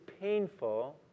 painful